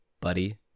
buddy